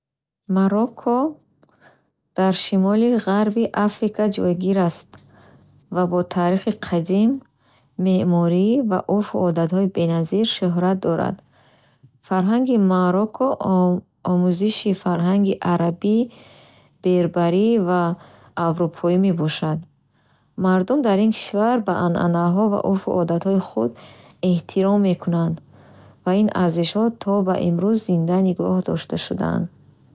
Марокко дар шимоли ғарбии Африка ҷойгир аст ва бо таърихи қадим, меъморӣ ва урфу одатҳои беназир шӯҳрат дорад. Фарҳанги Марокко оме омезиши фарҳанги арабӣ, берберӣ ва аврупоӣ мебошад. Мардум дар ин кишвар ба анъанаҳо ва урфу одатҳои худ эҳтиром мекунанд ва ин арзишҳо то ба имрӯз зинда нигоҳ дошта шудаанд.